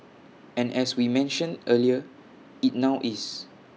and as we mentioned earlier IT now is